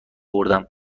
اوردم